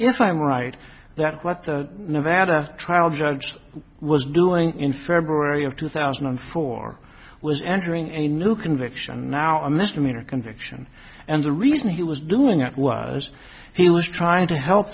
if i'm right that what nevada trial judge was doing in february of two thousand and four was entering a new conviction now a misdemeanor conviction and the reason he was doing it was he was trying to help